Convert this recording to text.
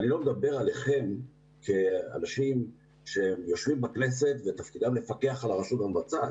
אני לא מדבר עליכם כאנשים שיושבים בכנסת ותפקידם לפקח על הרשות המבצעת.